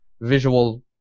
visual